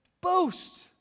boast